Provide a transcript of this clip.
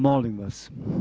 Molim vas.